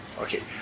Okay